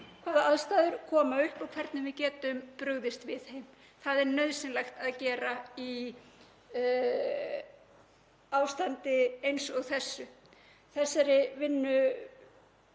hvaða aðstæður koma upp og hvernig við getum brugðist við þeim. Það er nauðsynlegt að gera í ástandi eins og þessu. Þessari vinnu